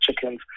chickens